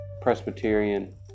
Presbyterian